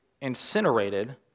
incinerated